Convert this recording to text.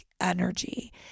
energy